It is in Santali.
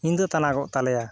ᱧᱤᱫᱟᱹ ᱛᱟᱱᱟᱜᱚᱜ ᱛᱟᱞᱮᱭᱟ